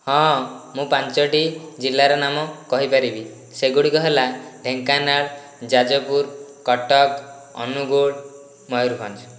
ହଁ ମୁଁ ପାଞ୍ଚଟି ଜିଲ୍ଲାର ନାମ କହିପାରିବି ସେଗୁଡ଼ିକ ହେଲା ଢେଙ୍କାନାଳ ଯାଜପୁର କଟକ ଅନୁଗୁଳ ମୟୂରଭଞ୍ଜ